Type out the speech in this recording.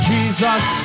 Jesus